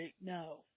no